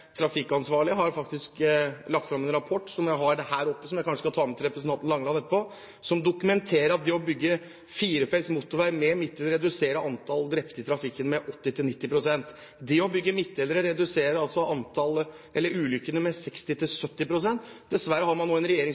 faktisk har lagt fram en rapport – som jeg har her oppe, og som jeg kanskje skal ta med til representanten Langeland etterpå – som dokumenterer at det å bygge firefelts motorvei med midtdeler vil redusere antallet drepte i trafikken med 80–90 pst. Det å bygge midtdelere reduserer altså ulykkene med 60–70 pst. Dessverre har man nå en regjering